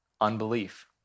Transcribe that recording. unbelief